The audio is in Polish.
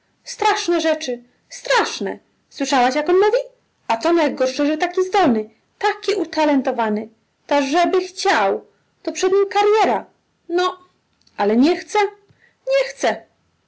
straszne rzeczy straszne słyszałaś jak on mówi a to najgorsze że taki zdolny taki utalentowany ta żeby chciał to przed nim karyera no ale nie chce nie chce